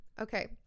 Okay